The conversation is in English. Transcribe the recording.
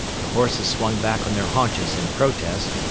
the horses swung back on their haunches in protest,